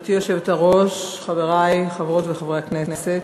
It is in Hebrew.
גברתי היושבת-ראש, חברי חברות וחברי הכנסת,